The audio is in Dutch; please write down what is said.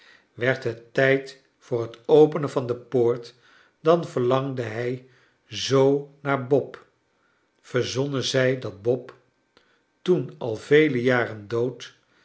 werd het tijd voor het openen van de poort dan verlangde hij zoo naar bob verzonnen zij dat bob toen al vele jaren dood